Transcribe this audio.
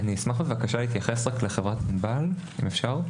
אני אשמח בבקשה רק להתייחס לחברת ענבל אם אפשר.